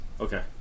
Okay